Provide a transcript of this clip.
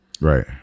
Right